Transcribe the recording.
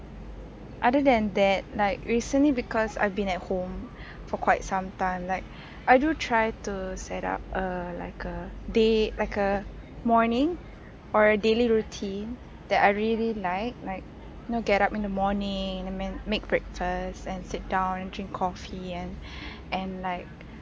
other than that like recently because I've been at home for quite some time like I do try to set up a like a date like a morning or daily routine that I really like like you know get up in the morning and then make breakfast and sit down and drink coffee and and like